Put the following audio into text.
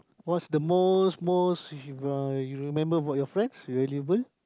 what's the most most you you remember what's your friend you have even